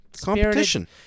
Competition